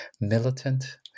militant